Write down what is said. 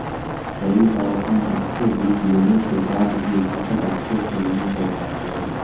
कई बार हम अच्छे बीज लेने के बाद भी फसल अच्छे से नहीं हो पाते हैं?